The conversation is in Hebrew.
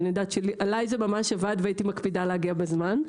עליי זה עבד והייתי מקפידה להגיע בזמן.